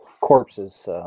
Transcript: corpses